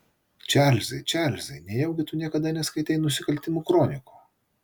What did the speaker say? čarlzai čarlzai nejaugi tu niekada neskaitei nusikaltimų kronikų